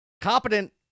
Competent